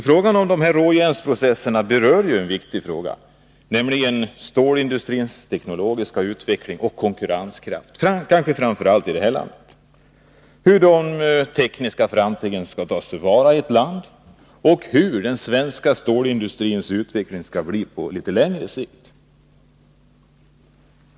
Frågan om de här råjärnsprocesserna berör ju stålindustrins teknologiska utveckling och konkurrenskraft, kanske framför allt i det här landet, hur de tekniska framstegen skall tas till vara i ett land och hur den svenska stålindustrins utveckling skall bli på litet längre sikt.